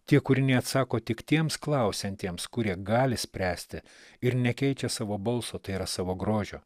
tie kūriniai atsako tik tiems klausiantiems kurie gali spręsti ir nekeičia savo balso tai yra savo grožio